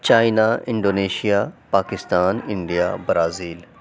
China Indonesia Pakistan India Brazil